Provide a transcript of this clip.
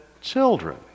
children